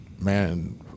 man